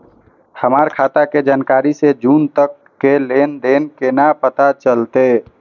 हमर खाता के जनवरी से जून तक के लेन देन केना पता चलते?